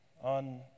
on